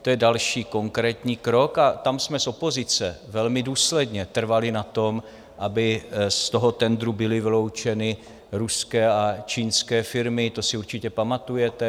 To je další konkrétní krok a tam jsme z opozice velmi důsledně trvali na tom, aby z toho tendru byly vyloučeny ruské a čínské firmy, to si určitě pamatujete.